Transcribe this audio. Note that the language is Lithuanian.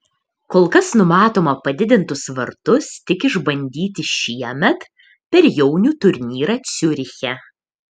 kol kas numatoma padidintus vartus tik išbandyti šiemet per jaunių turnyrą ciuriche